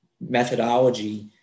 methodology